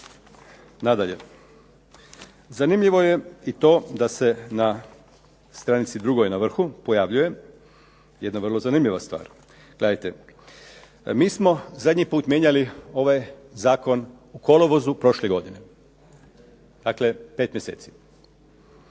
Nadalje, zanimljivo je i to da se na str. 2. na vrhu pojavljuje jedna vrlo zanimljiva stvar. Gledajte, mi smo zadnji put mijenjali ovaj zakon u kolovozu prošle godine. Dakle, 5 mj.,